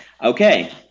Okay